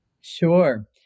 Sure